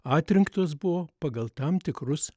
atrinktos buvo pagal tam tikrus